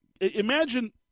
Imagine